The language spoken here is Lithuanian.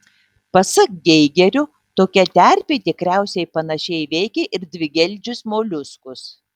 pasak geigerio tokia terpė tikriausiai panašiai veikia ir dvigeldžius moliuskus